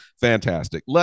fantastic